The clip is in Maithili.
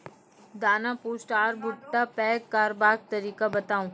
दाना पुष्ट आर भूट्टा पैग करबाक तरीका बताऊ?